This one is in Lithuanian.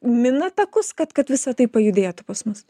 mina takus kad kad visa tai pajudėtų pas mus